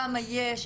כמה יש,